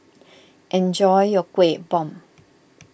enjoy your Kueh Bom